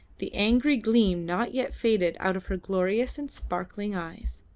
the angry gleam not yet faded out of her glorious and sparkling eyes.